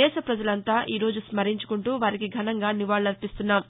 దేశ పజలంతా ఈ రోజు స్మరించుకుంటూ వారికి ఘనంగా నివాళులర్పిస్తున్నాం